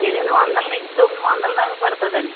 ఎనిమిది వందల నుంచి తొమ్మిది వందల దాకా పడుతుంది అండి